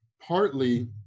Partly